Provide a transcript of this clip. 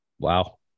Wow